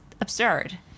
absurd